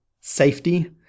safety